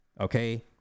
okay